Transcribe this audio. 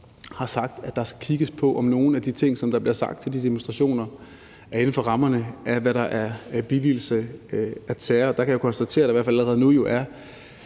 har sagt, at der skal kigges på, om nogle af de ting, der bliver sagt til de demonstrationer, er inden for rammerne af, hvad der er billigelse af terror. Der kan jeg jo konstatere, at der i hvert fald allerede nu er